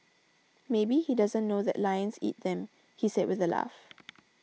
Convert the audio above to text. maybe he doesn't know that lions eat them he said with a laugh